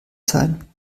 sein